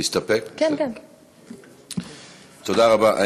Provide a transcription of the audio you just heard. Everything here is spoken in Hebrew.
תודה רבה.